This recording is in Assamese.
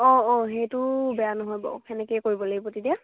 অঁ অঁ সেইটো বেয়া নহ'ব সেনেকেই কৰিব লাগিব তেতিয়া